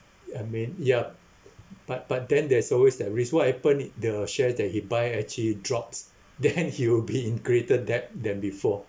I mean ya but but then there's always that risk what happen if the shares that he buy actually drops then he will be in greater debt than before